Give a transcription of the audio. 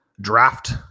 draft